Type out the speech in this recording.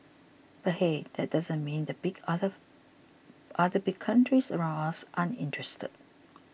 but hey that doesn't mean the big other other big countries around us aren't interested